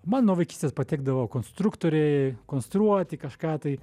man nuo vaikystės patikdavo konstruktoriai konstruoti kažką tai